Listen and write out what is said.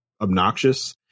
obnoxious